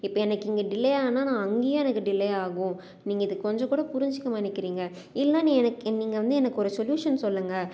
இப்போ எனக்கு இங்கே டிலே ஆனால் நான் அங்கேயே எனக்கு டிலே ஆகும் நீங்க இது கொஞ்சம்கூட புரிஞ்சிக்க மானிக்கிறீங்க இல்லைனா நீ எனக்கு நீங்கள் வந்து எனக்கு ஒரு சொலியூஷன் சொல்லுங்கள்